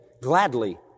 gladly